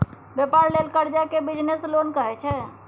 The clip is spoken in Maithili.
बेपार लेल करजा केँ बिजनेस लोन कहै छै